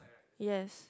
yes